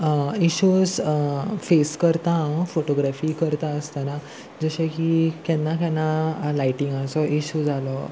issues face करता हांव photography करता आसतना जशें की केन्ना केन्ना लायटिंगाचो इशू जालो